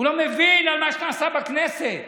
הוא לא מבין מה שנעשה בכנסת,